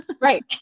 Right